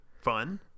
fun